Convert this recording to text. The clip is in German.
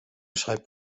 schreibt